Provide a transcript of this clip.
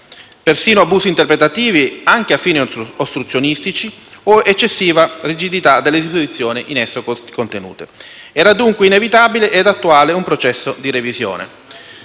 persino abusi interpretativi anche a fini ostruzionistici, o eccessiva rigidità delle disposizioni in esso contenute. Era dunque inevitabile e attuale un processo di revisione.